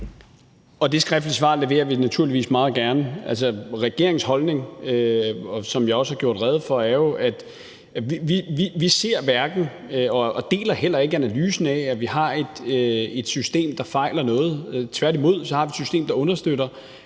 Og det skriftlige svar leverer vi naturligvis meget gerne. Altså, regeringens holdning, som jeg også har gjort rede for, er jo, at vi hverken ser eller deler analysen af, at vi har et system, der fejler noget. Tværtimod har vi et system, der understøtter,